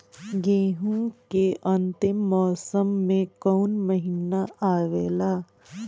गेहूँ के अंतिम मौसम में कऊन महिना आवेला?